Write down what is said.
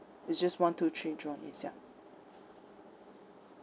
it's just one two three jurong east ya